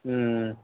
ம் ம்